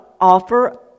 offer